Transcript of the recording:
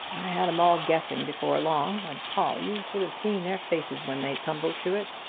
i had em all guessing before long and, paul, you should have seen their faces when they tumbled to it!